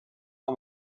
amb